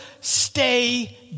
stay